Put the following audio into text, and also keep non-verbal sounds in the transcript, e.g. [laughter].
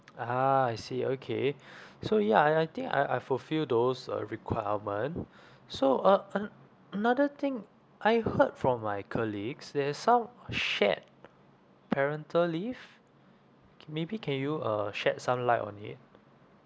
ah ha I see okay [breath] so ya I I think I I fulfill those uh requirement [breath] so uh an~ another thing I heard from my colleagues there's some shared parental leave c~ maybe can you uh shed some light on it